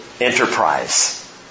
enterprise